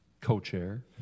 co-chair